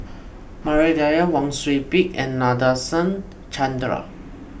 Maria Dyer Wang Sui Pick and Nadasen Chandra